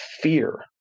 fear